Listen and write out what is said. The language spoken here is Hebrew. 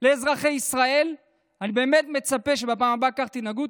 לאזרחי ישראל, אני באמת מצפה שבפעם הבאה כך תנהגו.